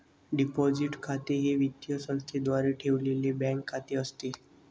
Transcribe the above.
deposit खाते हे वित्तीय संस्थेद्वारे ठेवलेले बँक खाते असते